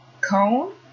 cone